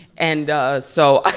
and ah so, ah